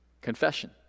Confession